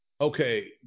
Okay